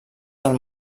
del